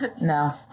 No